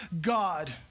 God